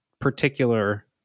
particular